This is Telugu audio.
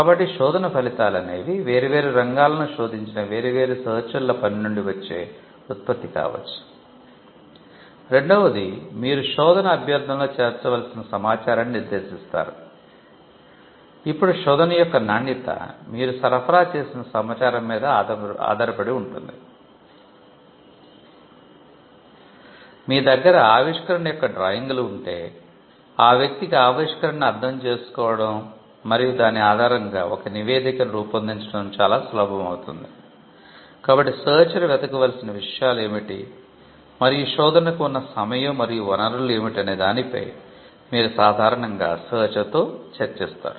కాబట్టి శోధన ఫలితాలు అనేవి వేర్వేరు రంగాలను శోధించిన వేర్వేరు సెర్చర్ తో చర్చిస్తారు